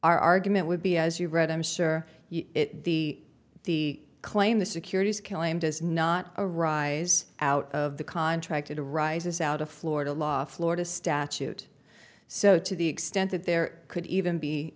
argument would be as you read i'm sure the the claim the securities killing does not arise out of the contract it arises out of florida law florida statute so to the extent that there could even be